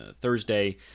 thursday